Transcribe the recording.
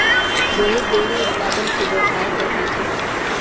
Rohit dairy उत्पादन के व्यवसाय करना चाहा हई